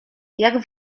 jak